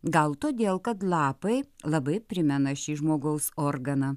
gal todėl kad lapai labai primena šį žmogaus organą